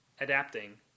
adapting